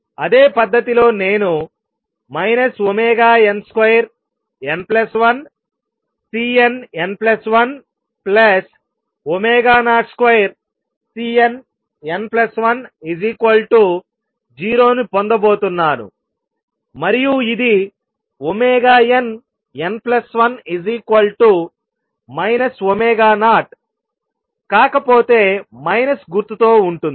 అదే పద్ధతిలో నేను nn12Cnn102Cnn10 ను పొందబోతున్నాను మరియు ఇది nn1 0కాకపోతే మైనస్ గుర్తుతో ఉంటుంది